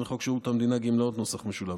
78. חוק שירות המדינה (גמלאות) ,